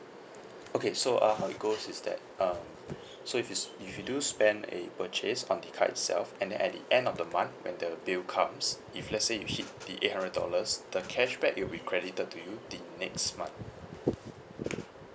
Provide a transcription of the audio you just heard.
okay so uh how it goes is that um so if it's if you do spend a purchase on the card itself and then at the end of the month when the bill comes if let's say you hit the eight hundred dollars the cashback it will be credited to you the next month